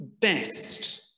best